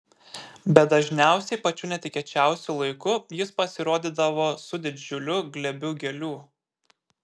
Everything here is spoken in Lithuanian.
bet dažniausiai pačiu netikėčiausiu laiku jis pasirodydavo su didžiuliu glėbiu gėlių